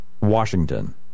Washington